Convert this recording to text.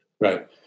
Right